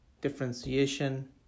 differentiation